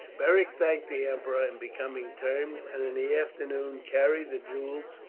beric thanked the emperor in becoming terms, and in the afternoon carried the jewels,